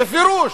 בפירוש.